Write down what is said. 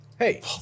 Hey